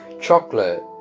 chocolate